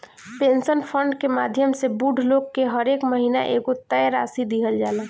pension fund के माध्यम से बूढ़ लोग के हरेक महीना एगो तय राशि दीहल जाला